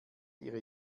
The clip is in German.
ihre